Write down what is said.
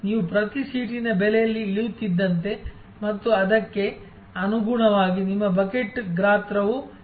ನೀವು ಪ್ರತಿ ಸೀಟಿನ ಬೆಲೆಯಲ್ಲಿ ಇಳಿಯುತ್ತಿದ್ದಂತೆ ಮತ್ತು ಅದಕ್ಕೆ ಅನುಗುಣವಾಗಿ ನಿಮ್ಮ ಬಕೆಟ್ ಗಾತ್ರವೂ ವಿಸ್ತರಿಸುತ್ತಿದೆ